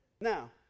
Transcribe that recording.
Now